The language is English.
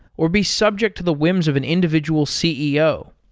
or be subject to the whims of an individual ceo.